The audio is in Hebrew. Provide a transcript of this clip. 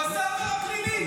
הוא עשה עבירה פלילית.